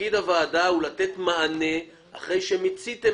תפקיד הוועדה הוא לתת מענה אחרי שמיציתם